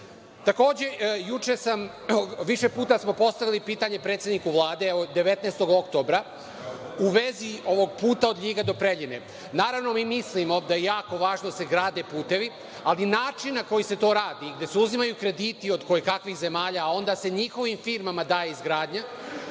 juče smo više puta postavili pitanje predsedniku Vlade, od 19. oktobra, u vezi ovog puta od LJiga do Preljine. Naravno, mi mislimo da je jako važno da se grade putevi, ali način na koji se to radi, gde se uzimaju krediti od koje-kakvih zemalja, onda se njihovim firmama daje izgradnja,